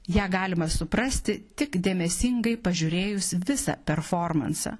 ją galima suprasti tik dėmesingai pažiūrėjus visą performansą